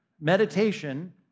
Meditation